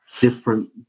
different